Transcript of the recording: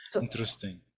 Interesting